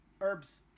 herbs